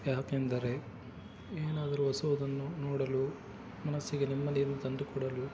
ಯಾಕೆಂದರೆ ಏನಾದ್ರೂ ಹೊಸುವುದನ್ನು ನೋಡಲು ಮನಸ್ಸಿಗೆ ನೆಮ್ಮದಿಯನ್ನು ತಂದು ಕೊಡಲು